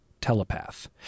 telepath